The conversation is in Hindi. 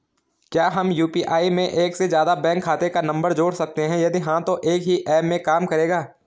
क्या हम यु.पी.आई में एक से ज़्यादा बैंक खाते का नम्बर जोड़ सकते हैं यदि हाँ तो एक ही ऐप में काम करेगा?